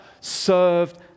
served